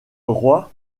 roi